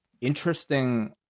interesting